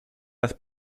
las